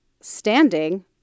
standing